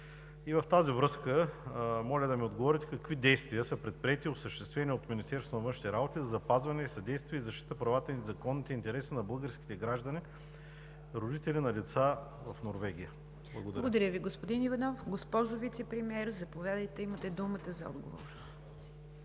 В тази връзка моля да ми отговорите: какви действия са предприети и осъществени от Министерството на външните работи за запазване и съдействие за защита правата и законните интереси на българските граждани – родители на деца в Норвегия? Благодаря. ПРЕДСЕДАТЕЛ НИГЯР ДЖАФЕР: Благодаря Ви, господин Иванов. Госпожо Вицепремиер, заповядайте, имате думата за отговор.